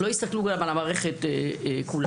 לא הסתכלו על המערכת כולה.